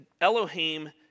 Elohim